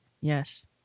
Yes